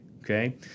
okay